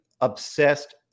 obsessed